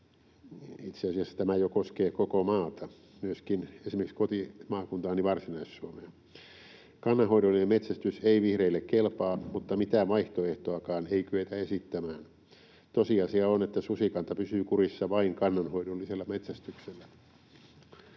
tämä koskee jo koko maata, myöskin esimerkiksi kotimaakuntaani Varsinais-Suomea. Kannanhoidollinen metsästys ei vihreille kelpaa, mutta mitään vaihtoehtoakaan ei kyetä esittämään. Tosiasia on, että susikanta pysyy kurissa vain kannanhoidollisella metsästyksellä.